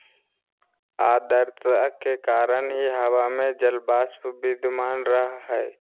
आद्रता के कारण ही हवा में जलवाष्प विद्यमान रह हई